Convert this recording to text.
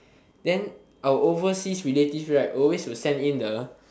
then our overseas relatives right always will send in the